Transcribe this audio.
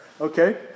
Okay